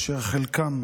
אשר חלקם